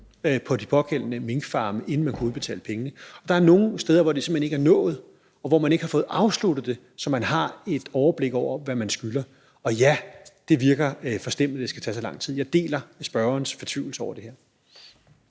på de pågældende minkfarme, inden man kunne udbetale pengene. Der er nogle steder, hvor det simpelt hen ikke er blevet nået, og hvor man ikke har fået afsluttet det, så man har et overblik over, hvad man skylder. Ja, det virker forstemmende, at det skal tage så lang tid. Jeg deler spørgerens fortvivlelse over det her.